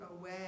away